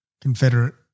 Confederate